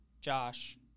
Josh